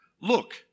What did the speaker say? Look